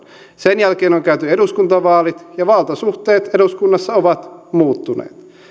sen jälkeen on käyty eduskuntavaalit ja valtasuhteet eduskunnassa ovat muuttuneet